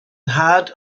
nhad